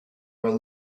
were